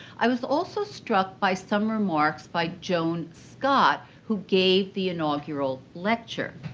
i was also struck by some remarks by joan scott, who gave the inaugural lecture.